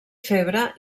febre